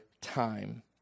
time